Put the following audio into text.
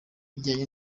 bijyanye